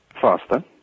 faster